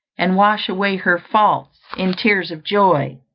and wash away her faults in tears of joy.